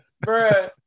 bro